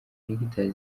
hegitari